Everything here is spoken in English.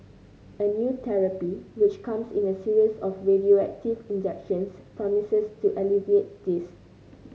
a new therapy which comes in a series of radioactive injections promises to alleviate this